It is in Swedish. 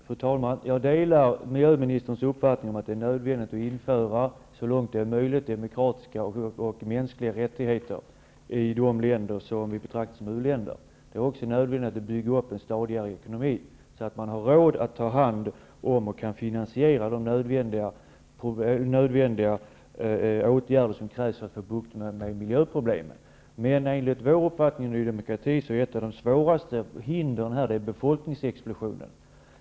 Fru talman! Jag delar miljöministerns uppfattning att det är nödvändigt att så långt det är möjligt genomföra demokratiska och mänskliga rättigheter i de länder vi betraktar som u-länder. Det är också nödvändigt att bygga upp en stadigare ekonomi, så att man har råd att ta hand om och kan finansiera de åtgärder som krävs för att få bukt med miljöproblemen. Enligt Ny demokrati är dock ett av de svåraste hindren befolkningsexplosionen.